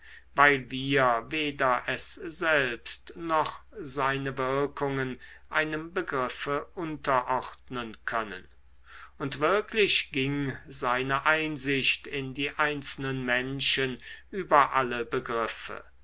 weil wir weder es selbst noch seine wirkungen einem begriffe unterordnen können und wirklich ging seine einsicht in die einzelnen menschen über alle begriffe